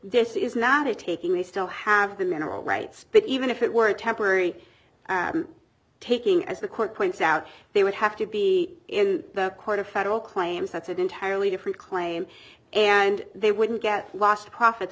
this is not a taking they still have the mineral rights but even if it were a temporary taking as the court points out they would have to be in the court of federal claims that's an entirely different claim and they wouldn't get lost profits